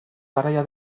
garaia